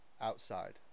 outside